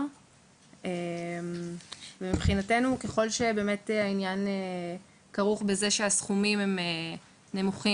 ומבחינתנו ככל שהעניין כרוך בזה שהסכומים הם נמוכים